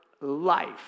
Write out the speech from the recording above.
life